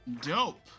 Dope